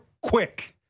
quick